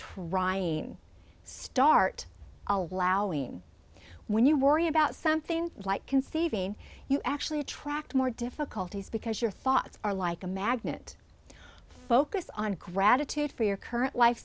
trying start allowing when you worry about something like conceiving you actually attract more difficulties because your thoughts are like a magnet focus on gratitude for your current life